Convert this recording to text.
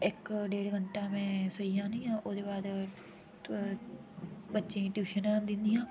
इक डेढ़ घैंटा में सेई जानी आं ओह्दे बाद बच्चें ई ट्यूशन दि'न्नी आं